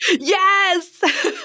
Yes